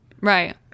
Right